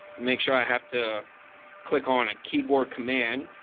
make sure i have to click on a keyboard command.